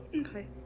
Okay